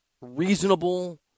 reasonable